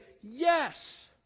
yes